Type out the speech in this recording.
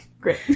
Great